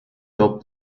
top